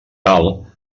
tal